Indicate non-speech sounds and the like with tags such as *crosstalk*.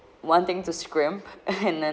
one thing to scrimp and *laughs* then